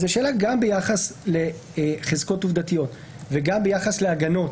השאלה גם ביחס לחזקות עובדתיות וגם ביחס להגנות